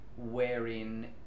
Wherein